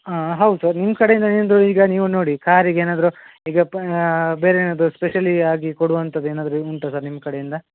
ಹೌದು ನಿಮ್ಮ ಕಡೆಯಿಂದ ನಿಮ್ಮದು ಈಗ ನೀವು ನೋಡಿ ಕಾರಿಗೆ ಏನಾದ್ರೂ ಈಗ ಪಾ ಬೇರೇನಾದ್ರೂ ಸ್ಪೆಷಲಿ ಆಗಿ ಕೊಡುವಂಥದ್ದು ಏನಾದ್ರೂ ಉಂಟಾ ಸರ್ ನಿಮ್ಮ ಕಡೆಯಿಂದ